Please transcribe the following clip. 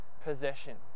possession